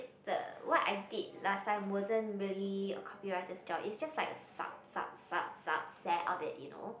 the what I did last time wasn't really a copywriter's job it's just like a sub sub sub subset of it you know